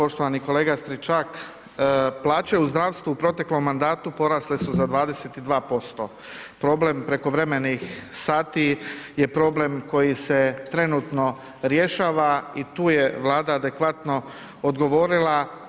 Da, poštovani kolega Stričak plaće u zdravstvu u proteklom mandatu porasle su za 22%, problem prekovremenih sati je problem koji se trenutno rješava i tu je Vlada adekvatno odgovorila.